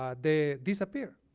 um they disappear.